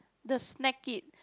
the snack it